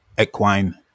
equine